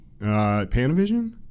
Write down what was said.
Panavision